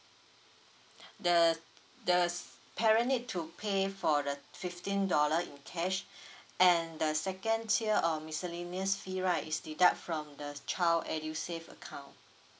the the parent need to pay for the fifteen dollar in cash and the second tier of miscellaneous fee right is deduct from the child edusave account